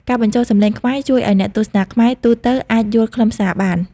ការបញ្ចូលសំឡេងខ្មែរជួយឱ្យអ្នកទស្សនាខ្មែរទូទៅអាចយល់ខ្លឹមសារបាន។